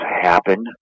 happen